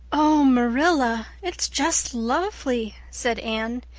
oh, marilla, it's just lovely, said anne.